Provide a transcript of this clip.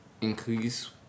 increase